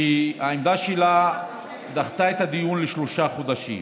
העמדה שלה דחתה את הדיון בשלושה חודשים.